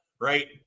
right